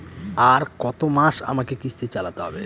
আর কতমাস আমাকে কিস্তি চালাতে হবে?